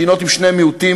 מדינות עם שני מיעוטים.